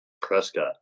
Prescott